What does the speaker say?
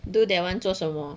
do that one 做什么